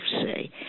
say